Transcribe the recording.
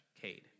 Cade